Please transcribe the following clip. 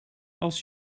als